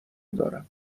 دارم